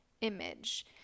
image